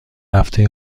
هفته